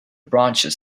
branches